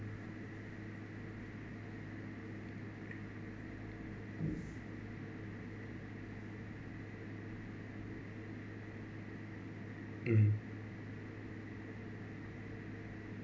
mm